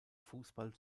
fußball